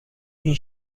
این